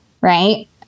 Right